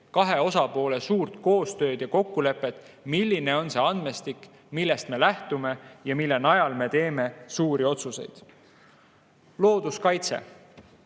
kahe osapoole koostööd ja kokkulepet, milline on see andmestik, millest me lähtume ja mille najal me teeme suuri otsuseid. Looduskaitse.